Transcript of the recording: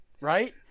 right